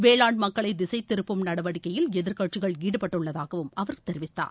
வேளாண் மக்களை திசை திருப்பும் நடவடிக்கையில் எதிர்க்கட்சிகள் ஈடுபட்டுள்ளதாக அவர் தெரிவித்தார்